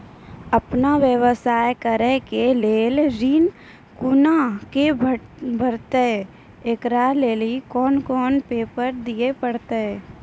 आपन व्यवसाय करै के लेल ऋण कुना के भेंटते एकरा लेल कौन कौन पेपर दिए परतै?